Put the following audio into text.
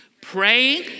Praying